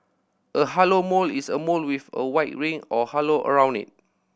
a halo mole is a mole with a white ring or halo around it